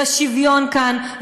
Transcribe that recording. לשוויון כאן,